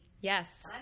Yes